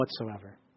whatsoever